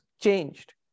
changed